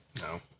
No